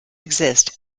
exist